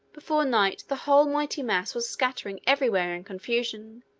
before night the whole mighty mass was scattering every where in confusion,